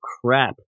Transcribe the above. crap